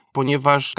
ponieważ